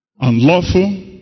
Unlawful